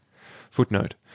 Footnote